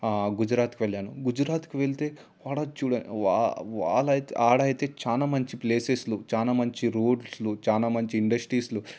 గుజరాత్కి వెళ్ళాను గుజరాత్కి వెళ్తే అక్కడ చూడ వా వాళ్ళు అయితే అక్కడ అయితే చాలా మంచి ప్లేసెస్లు చాలా మంచి రోడ్స్లు చాలా మంచి ఇండస్ట్రీస్లు